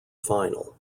final